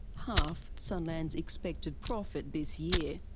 half sunland's expected profit this year.